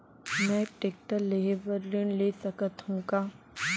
मैं टेकटर लेहे बर ऋण ले सकत हो का?